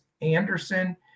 Anderson